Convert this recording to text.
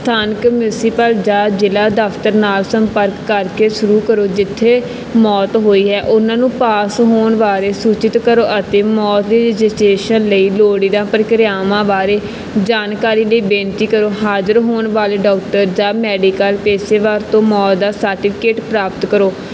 ਸਥਾਨਕ ਮਿਊਂਸੀਪਲ ਜਾਂ ਜ਼ਿਲ੍ਹਾ ਦਫਤਰ ਨਾਲ ਸੰਪਰਕ ਕਰਕੇ ਸ਼ੁਰੂ ਕਰੋ ਜਿੱਥੇ ਮੌਤ ਹੋਈ ਹੈ ਉਨ੍ਹਾਂ ਨੂੰ ਪਾਸ ਹੋਣ ਬਾਰੇ ਸੂਚਿਤ ਕਰੋ ਅਤੇ ਮੌਤ ਦੀ ਰਜਿਸਟਰੇਸ਼ਨ ਲਈ ਲੋੜੀਂਦਾ ਪ੍ਰਕਿਰਿਆਵਾਂ ਬਾਰੇ ਜਾਣਕਾਰੀ ਲਈ ਬੇਨਤੀ ਕਰੋ ਹਾਜ਼ਰ ਹੋਣ ਵਾਲੇ ਡੋਕਟਰ ਜਾਂ ਮੈਡੀਕਲ ਪੇਸ਼ੇਵਾਰ ਤੋਂ ਮੌਤ ਦਾ ਸਰਟੀਫਿਕੇਟ ਪ੍ਰਾਪਤ ਕਰੋ